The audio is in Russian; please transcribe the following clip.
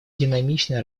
динамичной